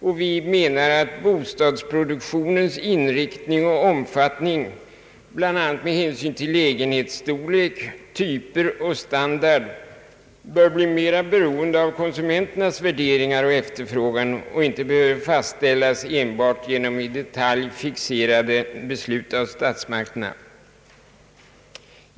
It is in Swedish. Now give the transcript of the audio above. Vidare anser vi att bostadsproduktionens omfattning och inriktning bland annat med hänsyn till lägenhetsstorlek, typer och standard bör bli mera beroende av konsumenternas värderingar och efterfrågan och inte behöva fastställas enbart genom i detalj fixerade beslut av statsmakterna.